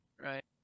right